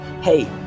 hey